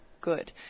good